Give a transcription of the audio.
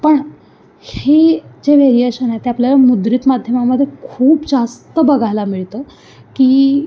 पण ही जे व्हेरिएशन आहे ते आपल्याला मुद्रित माध्यमामध्ये खूप जास्त बघायला मिळतं की